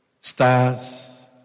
stars